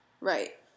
Right